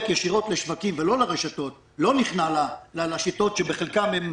ישירות לשווקים ולא לרשתות ולא נכנע לשיטות שבחלקן הן